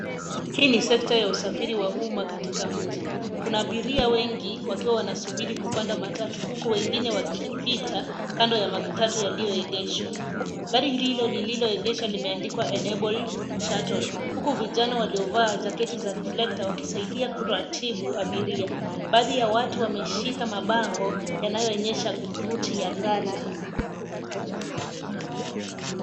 Hii ni sekta ya usafiri wa umma katika mji. Kuna abiria wengi, wakiwa wanasubiri kupanda matatu, huku wengine wakipita kando ya matatu yaliyoegeshwa. Gari hilo lililoegeshwa limeandikwa neno Enabled Shuttle . Huku vijana waliovaa jaketi za reflekta wakisaidia kuratibu abiria. Baadhi ya watu wameshika mabango yanayoonyesha ruti ya gari hilo.